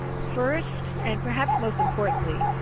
first, and perhaps most importantly,